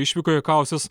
išvykoje kausis